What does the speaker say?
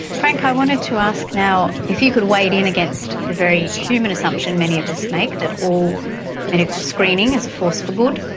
frank, i wanted to ask now if you could wade in against the very human assumption many of us make that all medical screening is a force for good.